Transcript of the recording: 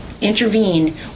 intervene